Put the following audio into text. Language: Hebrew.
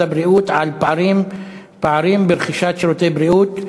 הבריאות על הפערים ברכישת שירותי בריאות,